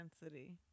density